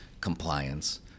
compliance